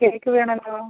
cake വേണമല്ലോ